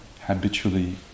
habitually